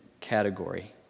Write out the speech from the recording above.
category